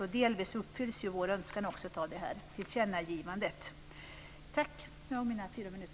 Vår önskan uppfylls delvis av det här tillkännagivandet.